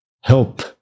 help